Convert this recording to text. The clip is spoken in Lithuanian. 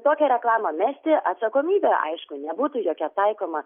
tokią reklamą mesti atsakomybė aišku nebūtų jokia taikoma